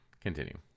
Continue